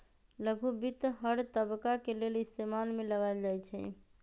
लघु वित्त हर तबका के लेल इस्तेमाल में लाएल जाई छई